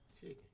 Chicken